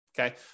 Okay